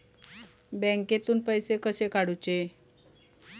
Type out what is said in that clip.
बँकेतून पैसे कसे काढूचे?